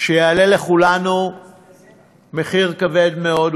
יעלה לכולנו במחיר כבד מאוד,